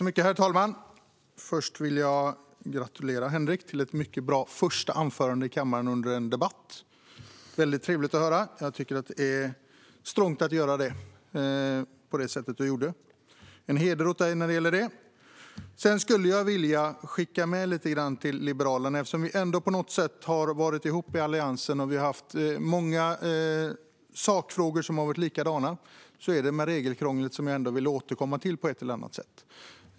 Herr talman! Först vill jag gratulera dig, Henrik Edin, till ett mycket bra första anförande i kammaren. Det var mycket trevligt att höra. Jag tycker att det är strongt att göra det på det sätt som du gjorde. Det är heder åt dig när det gäller detta. Sedan skulle jag vilja skicka med lite grann till Liberalerna. Eftersom vi i Alliansen ändå har hållit ihop på något sätt och haft många liknande sakfrågor vill jag ändå återkomma till regelkrånglet på ett eller annat sätt.